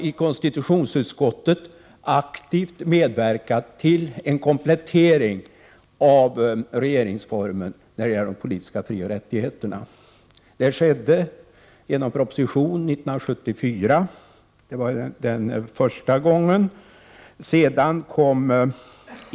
I konstitutionsutskottet har vi aktivt medverkat till en komplettering av regeringsformen när det gäller de politiska frioch rättigheterna. Det skedde första gången vid behandlingen av en proposition 1974.